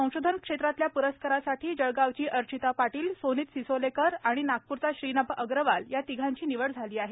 संशोधन क्षेत्रातल्या प्रस्कारासाठी जळगावची अर्चिता पाटिल सोनित सिसोलेकर आणि नागप्रचा श्रीनभ अग्रवाल या तिघांची निवड झाली आहे